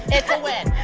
it's a win.